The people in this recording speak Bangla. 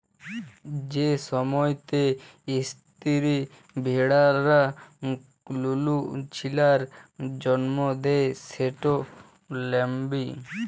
যে সময়তে ইস্তিরি ভেড়ারা লুলু ছিলার জল্ম দেয় সেট ল্যাম্বিং